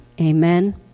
Amen